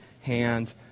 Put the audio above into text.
hand